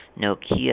Nokia